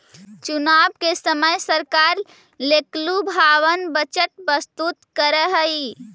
चुनाव के समय सरकार लोकलुभावन बजट प्रस्तुत करऽ हई